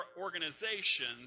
organizations